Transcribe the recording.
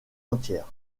entière